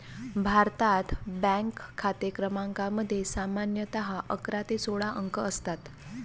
भारतात, बँक खाते क्रमांकामध्ये सामान्यतः अकरा ते सोळा अंक असतात